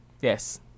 Yes